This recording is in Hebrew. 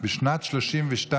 בשנת 1932,